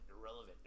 irrelevant